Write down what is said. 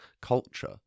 culture